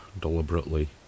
deliberately